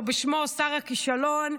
או בשמו שר הכישלון,